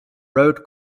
road